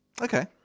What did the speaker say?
Okay